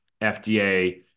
FDA